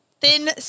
thin